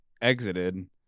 exited